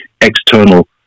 external